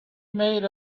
made